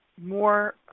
more